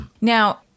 Now